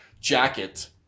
jacket